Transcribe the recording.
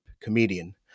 comedian